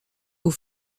aux